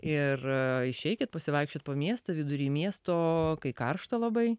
ir išeikit pasivaikščiot po miestą vidury miesto kai karšta labai